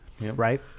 Right